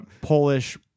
Polish